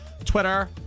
Twitter